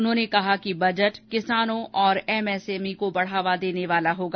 उन्होंने कहा कि बजट किसानों और एमएसएमई को बढ़ावा देने वाला होगा